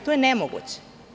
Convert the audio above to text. To je nemoguće.